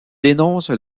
dénonce